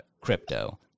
crypto